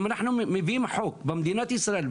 אם אנחנו מביאים חוק במדינת ישראל,